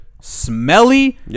smelly